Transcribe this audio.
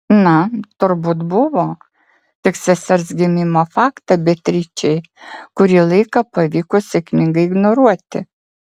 na turbūt buvo tik sesers gimimo faktą beatričei kurį laiką pavyko sėkmingai ignoruoti